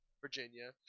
Virginia